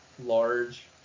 large